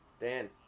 Dan